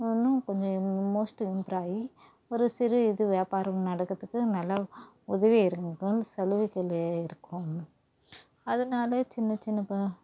இன்னும் கொஞ்சம் most improve ஆகி ஒரு சிறு இது வியாபாரம் நடக்கிறத்துக்கு நல்ல உதவியாக இருங்குக்கும் சலுகைகள் இருக்கும் அதனால சின்ன சின்ன ப